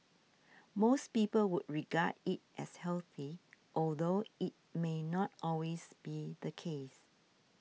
most people would regard it as healthy although it may not always be the case